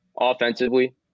offensively